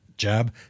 jab